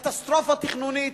קטסטרופה תכנונית,